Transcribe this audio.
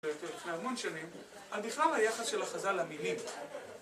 ...לפני המון שנים, על בכלל היחס של החז"ל למילים